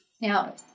Now